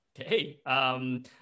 Okay